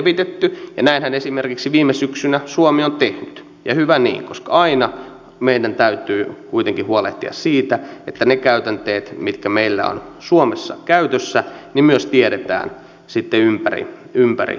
ja näinhän esimerkiksi viime syksynä suomi on tehnyt ja hyvä niin koska aina meidän täytyy kuitenkin huolehtia siitä että ne käytänteet mitkä meillä ovat suomessa käytössä myös tiedetään ympäri eurooppaa